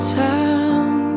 time